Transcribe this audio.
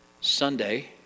Sunday